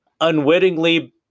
unwittingly